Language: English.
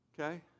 Okay